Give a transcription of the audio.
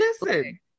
listen